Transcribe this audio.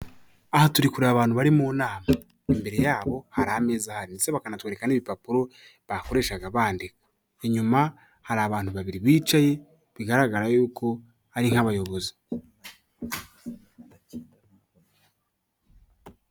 Aha turi kureba abantu bari mu nama, imbere yabo hari ameza, bakanatwereka n'impapuro bakoreshaga bandika, inyuma hari abantu babiri bicaye bigaragara yuko ari nk'abayobozi.